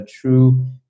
true